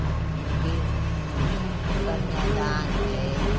हाँ है फिर कन्यादान है